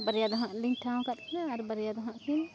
ᱵᱟᱨᱭᱟ ᱫᱚ ᱦᱟᱸᱜ ᱞᱤᱧ ᱴᱷᱟᱶ ᱠᱟᱫ ᱠᱤᱱᱟᱹ ᱟᱨ ᱵᱟᱨᱭᱟ ᱫᱚ ᱦᱟᱸᱜ ᱠᱤᱱ